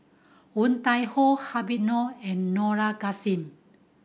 Woon Tai Ho Habib Noh and Dollah Kassim